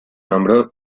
nombró